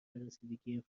رسیدگی